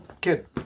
kid